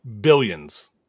billions